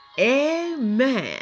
Amen